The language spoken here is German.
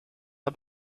der